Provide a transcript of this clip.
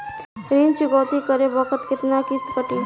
ऋण चुकौती करे बखत केतना किस्त कटी?